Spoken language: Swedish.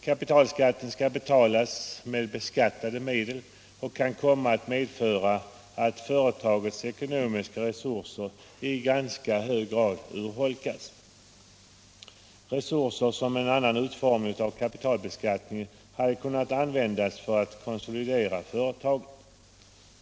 Kapitalskatten skall betalas med beskattade medel och kan komma att medföra att företagets ekonomiska resurser i ganska hög grad urholkas, resurser som med en annan utformning av kapitalbeskattningen hade kunnat användas för att konsolidera företaget.